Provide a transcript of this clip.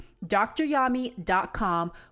DrYami.com